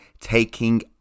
taking